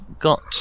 got